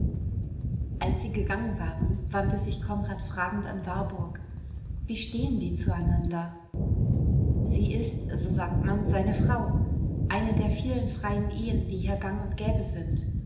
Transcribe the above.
als sie gegangen waren wandte sich konrad fragend an warburg wie stehen die zueinander sie ist so sagt man seine frau eine der vielen freien ehen die hier gang und gäbe sind